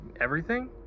everything